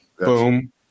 boom